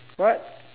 what